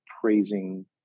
praising